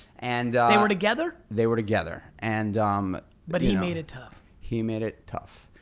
and they were together? they were together. and um but he made it tough. he made it tough.